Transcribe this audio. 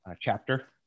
chapter